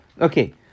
Okay